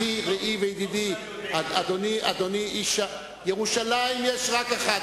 אחי, רעי וידידי, ירושלים יש רק אחת.